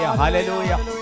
hallelujah